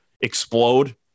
explode